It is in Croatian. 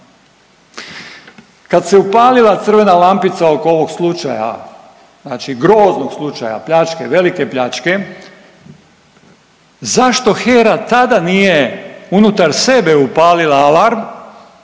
Kad se upalila crvena lampica oko ovog slučaja znači groznog slučaja pljačke, velike pljačke zašto HERA tada nije unutar sebe upalila alarm